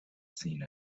seen